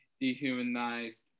dehumanized